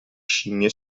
scimmie